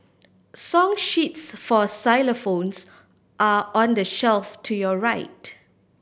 song sheets for xylophones are on the shelf to your right